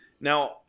Now